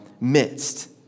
midst